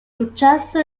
successo